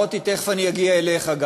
מוטי, תכף אני אגיע גם אליך.